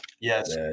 Yes